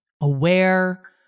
aware